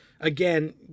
again